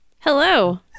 Hello